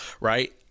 right